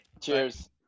Cheers